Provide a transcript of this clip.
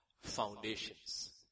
foundations